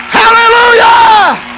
hallelujah